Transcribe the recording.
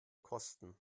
kosten